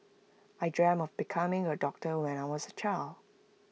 I dreamt of becoming A doctor when I was A child